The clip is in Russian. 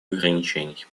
ограничений